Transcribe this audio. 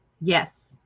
Yes